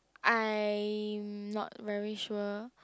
I'm not very sure